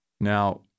Now